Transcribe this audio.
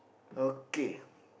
okay